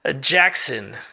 Jackson